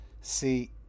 See